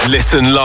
Listen